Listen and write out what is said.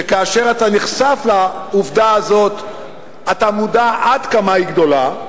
שכאשר אתה נחשף לעובדה הזאת אתה מודע עד כמה היא גדולה,